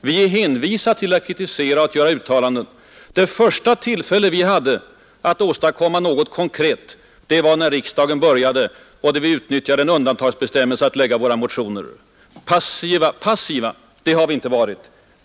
Vi är hänvisade till att kritisera och att göra uttalanden. Det första tillfället vi hade att åstadkomma något konkret var när riksdagen började och då utnyttjade vi en undantagsbestämmelse för att lägga fram våra motioner. Passiva har vi inte varit.